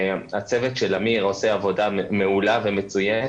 הצוות של אמיר עושה עבודה מעולה ומצוינת,